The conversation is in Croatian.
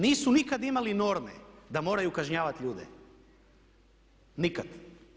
Nisu nikad imali norme da moraju kažnjavati ljude, nikad!